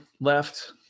left